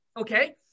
okay